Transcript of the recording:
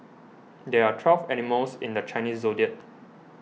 there are twelve animals in the Chinese zodiac